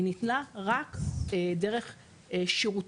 היא ניתנה רק דרך שירותים.